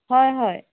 হয় হয়